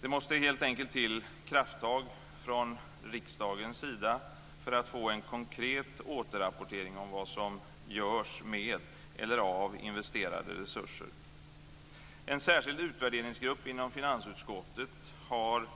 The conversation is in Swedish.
Det måste helt enkelt till krafttag från riksdagens sida för att få en konkret återrapportering om vad som görs med eller av investerade resurser. En särskild utvärderingsgrupp inom finansutskottet har